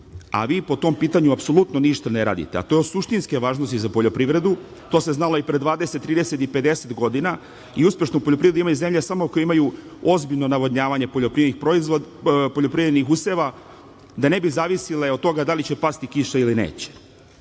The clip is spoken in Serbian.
a vi po tom pitanju apsolutno ništa ne radite, a to je od suštinske važnosti za poljoprivredu. To se znalo i pre 20, 30 i 50 godina i uspešnu poljoprivredu imaju zemlje samo ako imaju ozbiljno navodnjavanje poljoprivrednih useva, da ne bi zavisile od toga da li će pasti kiša ili neće. Na